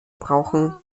brauchen